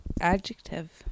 adjective